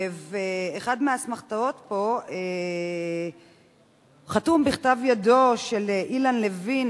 אחת האסמכתאות חתומה בכתב-ידו של אילן לוין,